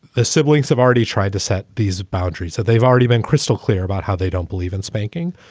the siblings have already tried to set these boundaries, so they've already been crystal clear about how they don't believe in spanking.